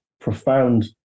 profound